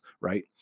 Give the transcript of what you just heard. right